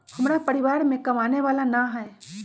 हमरा परिवार में कमाने वाला ना है?